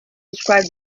described